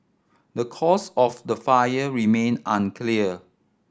the cause of the fire remain unclear